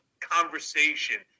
conversation